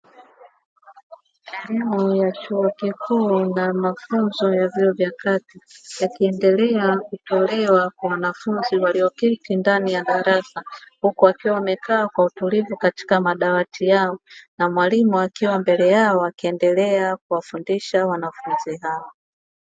Elimu ya chuo kikuu na mafunzo ya chuo cha kati yakiendelea kutolewa kwa wanafunzi walioketi ndani ya darasa, huku wakiwa wamekaa kwa utulivu katika madawati yao na mwalimu akiwa mbele yako akiendelea kuwafundisha wanafunzi hao.